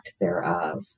thereof